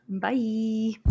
Bye